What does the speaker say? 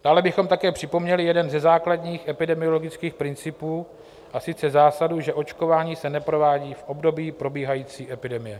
Dále bychom také připomněli jeden ze základních epidemiologických principů, a sice zásadu, že očkování se neprovádí v období probíhající epidemie.